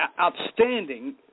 outstanding